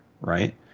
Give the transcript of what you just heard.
right